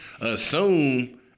assume